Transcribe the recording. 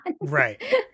Right